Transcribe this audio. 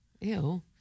Ew